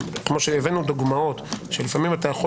כמו שהבאנו דוגמאות שלפעמים אתה יכול